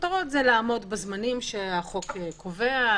בכותרות זה לעמוד בזמנים שהחוק קובע,